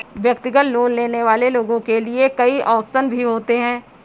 व्यक्तिगत लोन लेने वाले लोगों के लिये कई आप्शन भी होते हैं